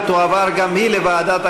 ותועבר גם היא לוועדת הכנסת.